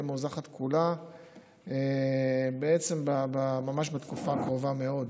מאוזרחת כולה בעצם ממש בתקופה הקרובה מאוד.